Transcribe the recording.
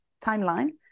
Timeline